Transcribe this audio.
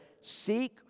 seek